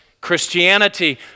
Christianity